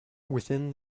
within